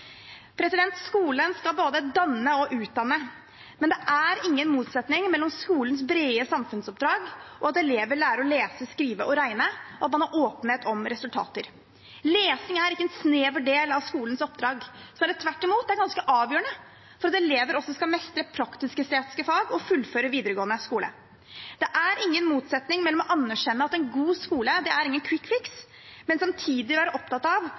Skolen skal både danne og utdanne. Men det er ingen motsetning mellom skolens brede samfunnsoppdrag og at elever lærer å lese, skrive og regne, og at man har åpenhet om resultater. Lesing er ikke en snever del av skolens oppdrag, snarere tvert imot, det er ganske avgjørende for at elever også skal mestre praktisk-estetiske fag og fullføre videregående skole. Det er ingen motsetning mellom å anerkjenne at en god skole er ingen kvikkfiks, og samtidig være opptatt av